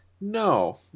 No